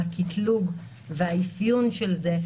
הקטלוג והאפיון של זה.